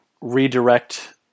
redirect